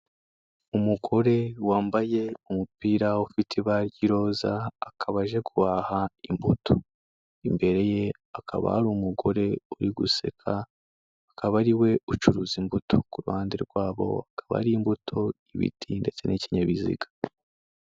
Umugore wambaye umupira ufite ibara ry'iroza, akaba aje guhaha imbuto, imbere ye hakaba hari umugore uri guseka, akaba ariwe ucuruza imbuto, ku ruhande rwabo hakaba hari imbuto ibiti ndetse n'ikinyabiziga.